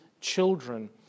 children